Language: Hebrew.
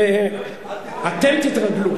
אל תתרגל.